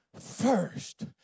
first